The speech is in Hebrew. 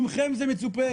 מכם זה מצופה